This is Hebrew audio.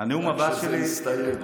רק שזה יסתיים.